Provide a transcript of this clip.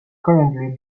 currently